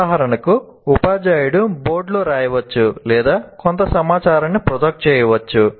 ఉదాహరణకు ఉపాధ్యాయుడు బోర్డులో వ్రాయవచ్చు లేదా కొంత సమాచారాన్ని ప్రొజెక్ట్ చేయవచ్చు